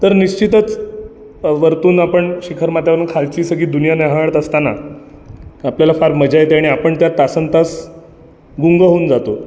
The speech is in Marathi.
तर निश्चितच वरतून आपण शिखरमाथ्यावरून खालची सगळी दुनिया न्याहाळत असताना आपल्याला फार मजा येते आणि आपण त्यात तासनतास गुंग होऊन जातो